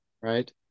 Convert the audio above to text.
right